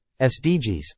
SDGs